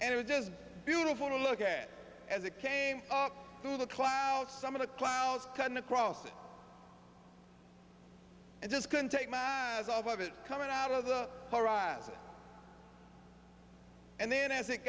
and it was just beautiful to look at as it came up through the clouds some of the clouds come across it i just couldn't take my eyes off of it coming out of the horizon and then as it